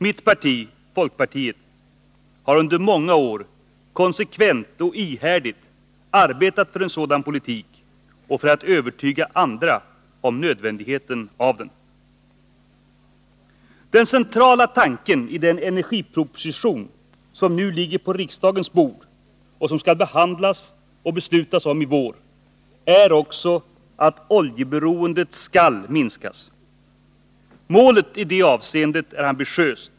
Mitt parti, folkpartiet, har under många år konsekvent och ihärdigt arbetat för en sådan politik och för att övertyga andra om nödvändigheten av den. Den centrala tanken i den energiproposition, som nu ligger på riksdagens bord och som vi skall behandla och besluta om i vår, är också att oljeberoendet skall minskas. Målet i det avseendet är ambitiöst.